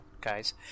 guys